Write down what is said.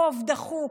ברוב דחוק,